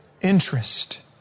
interest